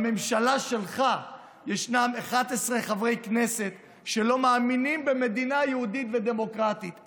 בממשלה שלך ישנם 11 חברי כנסת שלא מאמינים במדינה יהודית ודמוקרטית,